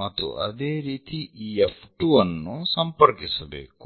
ಮತ್ತು ಅದೇ ರೀತಿ ಈ F2 ಅನ್ನು ಸಂಪರ್ಕಿಸಬೇಕು